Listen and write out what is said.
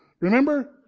remember